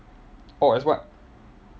orh as what